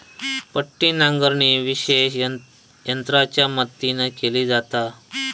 पट्टी नांगरणी विशेष यंत्रांच्या मदतीन केली जाता